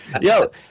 Yo